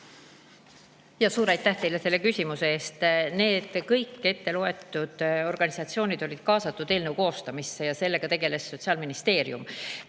Suur aitäh teile selle küsimuse eest! Kõik need ette loetud organisatsioonid olid kaasatud eelnõu koostamisse ja sellega tegeles Sotsiaalministeerium.